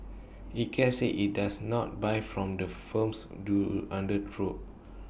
Ikea said IT does not buy from the firms do under probe